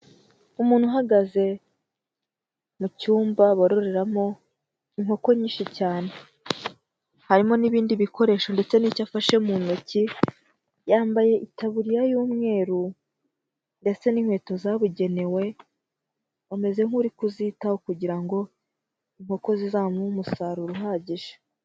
Umuntu uhagaze mu cyumba baroreramo inkoko nyinshi cyane, harimo n'ibindi bikoresho ndetse n'icyo afashe mu ntoki, yambaye itaburiya y'umweru ndetse n'inkweto zabugenewe, ameze nk'uri kuzitaho kugira ngo, inkoko zizamuhe umusaruro uhagije.